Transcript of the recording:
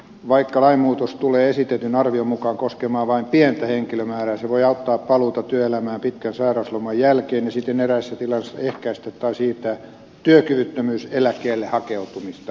vaikka lainmuutos tulee esitetyn arvion mukaan koskemaan vain pientä henkilömäärää se voi auttaa paluuta työelämään pitkän sairausloman jälkeen ja siten eräissä tilanteissa ehkäistä tai siirtää työkyvyttömyyseläkkeelle hakeutumista